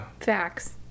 Facts